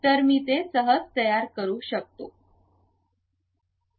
तर मी ते सहज तयार करू शकतो